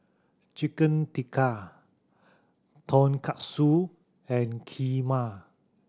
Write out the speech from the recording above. Chicken Tikka Tonkatsu and Kheema